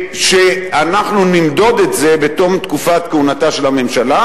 שאנחנו נמדוד את זה בתום תקופת כהונתה של הממשלה,